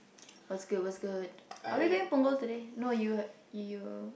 what's good what's good are we going Punggol today no you have you